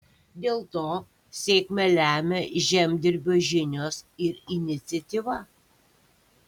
dėl to sėkmę lemia žemdirbio žinios ir iniciatyva